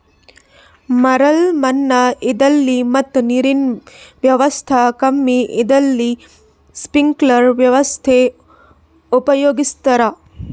ಮರಳ್ ಮಣ್ಣ್ ಇದ್ದಲ್ಲಿ ಮತ್ ನೀರಿನ್ ವ್ಯವಸ್ತಾ ಕಮ್ಮಿ ಇದ್ದಲ್ಲಿ ಸ್ಪ್ರಿಂಕ್ಲರ್ ವ್ಯವಸ್ಥೆ ಉಪಯೋಗಿಸ್ತಾರಾ